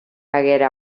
haguera